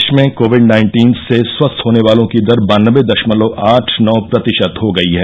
देश में COVID nineteen से स्वस्थ होने वालों की दर बानवे दशमलव आठ नौ प्रतिशत हो गई है